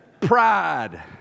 pride